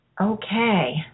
Okay